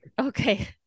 Okay